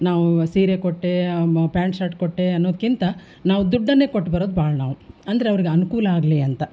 ನಾವು ಸೀರೆ ಕೊಟ್ಟೆ ಮ ಪ್ಯಾಂಟ್ ಶರ್ಟ್ ಕೊಟ್ಟೆ ಅನ್ನೋದಕ್ಕಿಂತ ನಾವು ದುಡ್ಡನ್ನೇ ಕೊಟ್ಟು ಬರೋದು ಭಾಳ ನಾವು ಅಂದರೆ ಅವ್ರಿಗೆ ಅನುಕೂಲ ಆಗಲಿ ಅಂತ